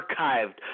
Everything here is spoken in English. archived